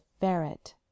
ferret